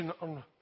on